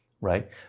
right